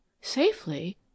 Safely